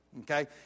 Okay